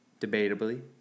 Debatably